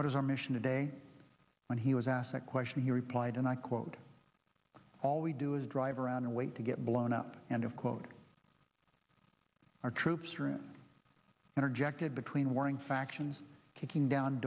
what is our mission today when he was asked that question he replied and i quote all we do is drive around and wait to get blown up and of quote our troops are in interjected between warring factions kicking down